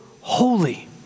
holy